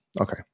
Okay